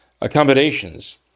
accommodations